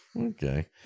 Okay